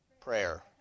Prayer